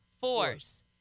force